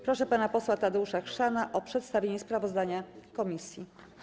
Proszę pana posła Tadeusza Chrzana o przedstawienie sprawozdania komisji.